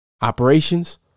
Operations